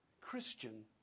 Christian